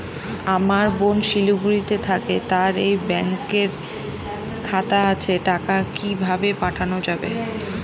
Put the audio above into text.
আমার বোন শিলিগুড়িতে থাকে তার এই ব্যঙকের খাতা আছে টাকা কি ভাবে পাঠানো যাবে?